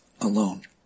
alone